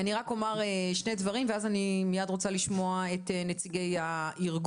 אני רק אומר שני דברים ואז אני מיד רוצה לשמוע את נציגי הארגון.